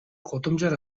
гудамжаар